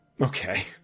Okay